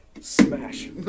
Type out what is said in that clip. Smash